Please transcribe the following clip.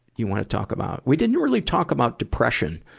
you wanna talk about? we didn't really talk about depression.